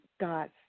God